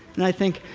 and i think,